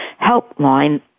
helpline